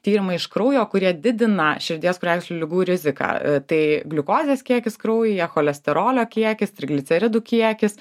tyrimai iš kraujo kurie didina širdies kraujagyslių ligų riziką tai gliukozės kiekis kraujuje cholesterolio kiekis trigliceridų kiekis